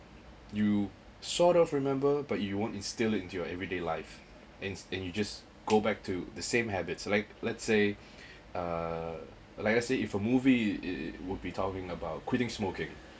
you sort of remember but you won't instill into your everyday life and and you just go back to the same habits like let's say uh like I say if a movie it would be talking about quitting smoking